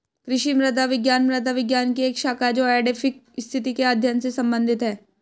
कृषि मृदा विज्ञान मृदा विज्ञान की एक शाखा है जो एडैफिक स्थिति के अध्ययन से संबंधित है